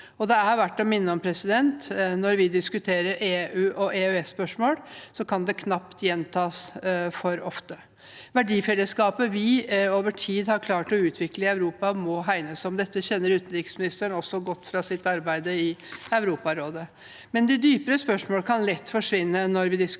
Det er verdt å minne om når vi diskuterer EU- og EØSspørsmål – det kan knapt gjentas for ofte. Verdifellesskapet vi over tid har klart å utvikle i Europa, må hegnes om. Dette kjenner utenriksministeren også godt fra sitt arbeid i Europarådet. De dypere spørsmål kan likevel lett forsvinne når vi diskuterer